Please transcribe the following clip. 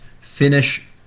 finish